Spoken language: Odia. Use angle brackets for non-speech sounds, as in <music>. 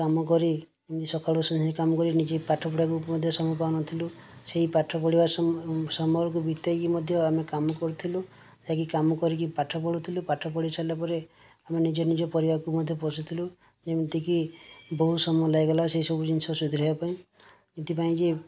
କାମ କରି <unintelligible> ସକାଳୁ ସନ୍ଧ୍ୟା ଯାଏଁ କାମ କରି ନିଜେ ପାଠପଢ଼ିବାକୁ ମଧ୍ୟ ସମୟ ପାଉନଥିଲୁ ସେଇ ପାଠପଢ଼ିବା ସମୟକୁ ବିତେଇକି ମଧ୍ୟ ଆମେ କାମ କରୁଥିଲୁ ଆଗେ କାମ କରିକି ପାଠ ପଢ଼ୁଥିଲୁ ପାଠ ପଢ଼ିସାରିଲା ପରେ ଆମ ନିଜେ ନିଜ ପରିବାରକୁ ମଧ୍ୟ ପୋଷୁଥିଲୁ ଏମିତିକି ବହୁତ ସମୟ ଲାଗିଗଲା ସେସବୁ ଜିନିଷ ସୁଧାରିବାପାଇଁ ଏଥିପାଇଁ କି